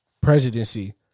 presidency